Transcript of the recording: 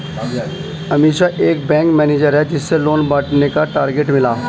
अमीषा एक bank manager है जिसे लोन बांटने का टारगेट मिला